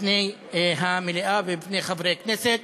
בפני המליאה ובפני חברי הכנסת.